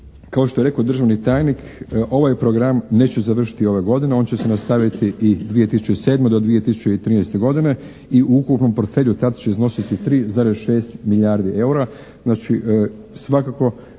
Kao što je rekao državni tajnik, ovaj program neće završiti ove godine, on će se nastaviti i 2007. do 2013. godine i u ukupnom portfelju tad će iznositi 3,6 milijardi eura,